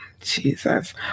Jesus